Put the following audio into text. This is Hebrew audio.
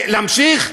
להמשיך?